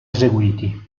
eseguiti